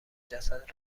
جسد